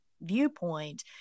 viewpoint